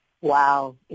Wow